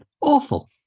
awful